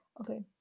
Okay